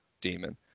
Demon